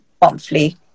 monthly